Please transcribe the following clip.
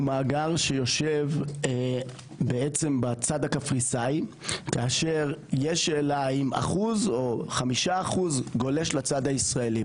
הוא מאגר שיושב בעצם בצד הקפריסאי כאשר 1% או 5% גולש לצד הישראלי.